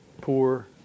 poor